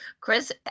chris